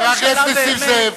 חבר הכנסת נסים זאב.